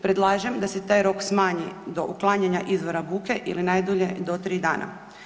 Predlažem da se taj rok smanji do uklanjanja izvora buke ili najdulje do 3 dana.